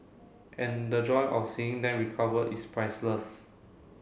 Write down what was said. and the joy of seeing them recover is priceless